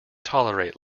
tolerate